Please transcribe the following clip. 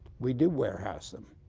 we do warehouse them.